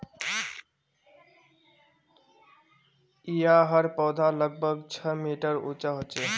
याहर पौधा लगभग छः मीटर उंचा होचे